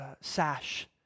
sash